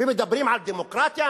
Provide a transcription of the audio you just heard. ומדברים על דמוקרטיה?